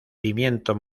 pimiento